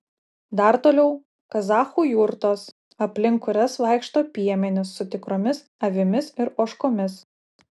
dar toliau kazachų jurtos aplink kurias vaikšto piemenys su tikromis avimis ir ožkomis